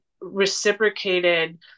reciprocated